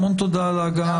המון תודה על ההגעה,